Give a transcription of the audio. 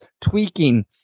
tweaking